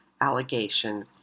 allegation